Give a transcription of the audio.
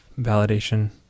validation